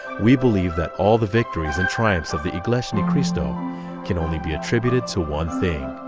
we believe that all the victories and triumphs of the iglesia ni cristo can only be attributed to one thing,